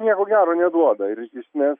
nieko gero neduoda ir iš esmės